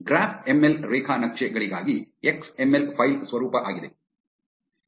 graph M L ರೇಖಾ ನಕ್ಷೆ ಗಳಿಗಾಗಿ ಎಕ್ಸ್ ಎಮ್ ಎಲ್ ಫೈಲ್ ಸ್ವರೂಪ ಆಗಿದೆ